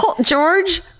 George